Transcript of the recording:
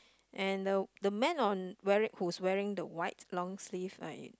and the the man on wear whose wearing the white long sleeve like